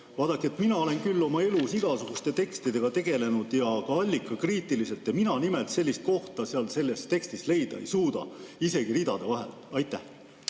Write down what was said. Vaadake, mina olen küll oma elus igasuguste tekstidega tegelenud ja ka allikakriitiliselt, aga mina nimelt sellist kohta seal selles tekstis leida ei suuda, isegi mitte ridade vahelt. Aitäh,